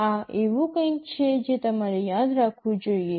આ એવું કંઈક છે જે તમારે યાદ રાખવું જોઈએ